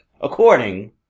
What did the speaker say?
according